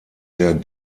der